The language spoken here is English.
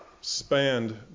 spanned